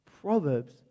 Proverbs